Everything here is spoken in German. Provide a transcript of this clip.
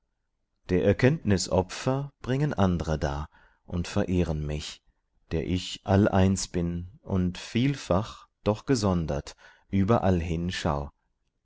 der erkenntnis opfer bringen andre dar und verehren mich der ich all eins und vielfach doch gesondert überall hin